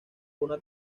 una